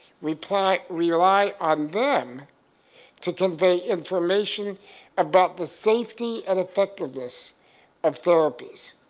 rely rely on them to convey information about the safety and effectiveness of therapies.